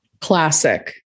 Classic